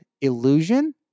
illusion